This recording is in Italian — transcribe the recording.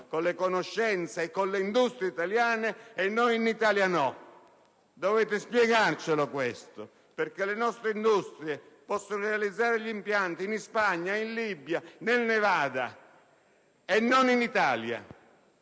alle conoscenze e alle industrie italiane: e in Italia no! Dovete spiegarci il perché di tutto ciò. Perché le nostre industrie possono realizzare gli impianti in Spagna, in Libia, nel Nevada e non in Italia?